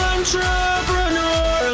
Entrepreneur